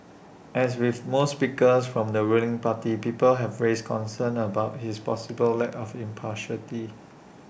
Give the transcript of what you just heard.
as with most speakers from the ruling party people have raised concerns about his possible lack of impartiality